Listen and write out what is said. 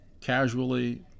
casually